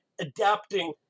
adapting